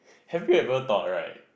have you ever thought right